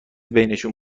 بینشون